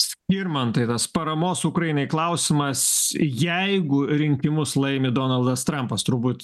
skirmantai tas paramos ukrainai klausimas jeigu rinkimus laimi donaldas trampas turbūt